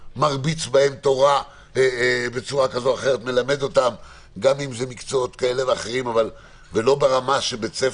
המורה מלמד אותם בצורה כזאת או אחרת גם אם זה לא ברמה הרגילה.